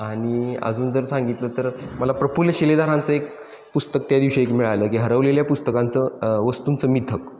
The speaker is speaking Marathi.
आणि अजून जर सांगितलं तर मला प्रफुल्ल शिलेदारांचं एक पुस्तक त्या दिवशी एक मिळालं की हरवलेल्या पुस्तकांचं वस्तूंचं मिथक